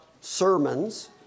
sermons